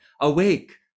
awake